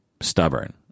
Stubborn